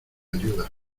ayuda